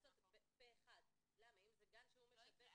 זה לא חלק מהחוק.